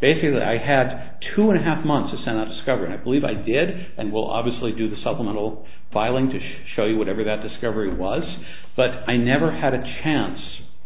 say that i had two and a half months of senates cover i believe i did and will obviously do the supplemental filing to show you whatever that discovery was but i never had a chance